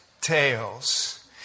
tales